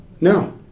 No